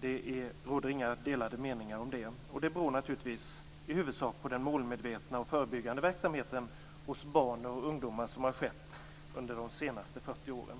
Det råder inga delade meningar om det. Detta beror naturligtvis i huvudsak på den målmedvetna och förebyggande verksamhet som har bedrivits bland barn och ungdomar under de senaste 40 åren.